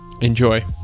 enjoy